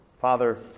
Father